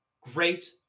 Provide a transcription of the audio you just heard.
great